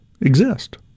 exist